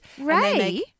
Ray